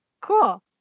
cool